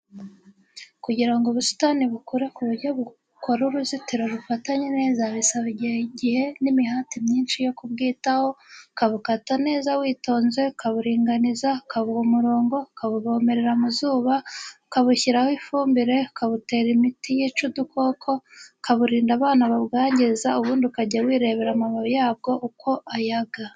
Kugira ngo ubusitani bukure ku buryo bukora uruzitiro rufatanye neza, bisaba igihe n'imihati myinshi yo kubwitaho, ubukata neza witonze ukaburinganiza, ukabuha umurongo, ukabuvomerera mu zuba, ukabushyiraho ifumbire, ukabutera imiti yica udukoko, ukaburinda abana babwangiza, ubundi ukajya wirebera amababi yabwo ukuntu ayaga.